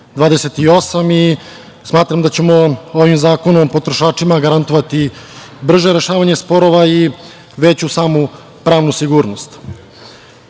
28 i smatram da ćemo ovim zakonom o potrošačima garantovati brže rešavanje sporova i veću samu pravnu sigurnost. Praksa